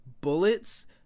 bullets